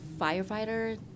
firefighter